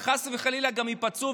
וחס וחלילה גם ייפצעו,